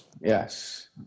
Yes